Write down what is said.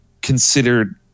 considered